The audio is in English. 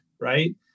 right